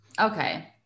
okay